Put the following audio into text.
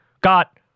got